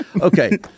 Okay